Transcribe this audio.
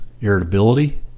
irritability